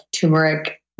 turmeric